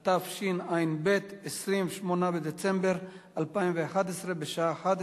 בטבת התשע"ב, 28 בדצמבר 2011, בשעה